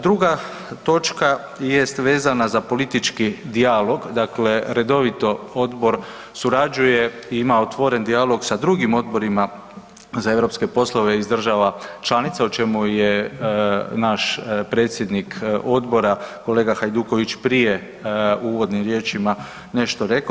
Druga točka jest vezana za politički dijalog, dakle redovito odbor surađuje i ima otvoren dijalog sa drugim odborima za europske poslove iz država članica, o čemu je naš predsjednik odbora kolega Hajduković prije u uvodnim riječima nešto rekao.